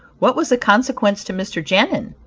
what was the consequence to mr. genin?